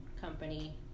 company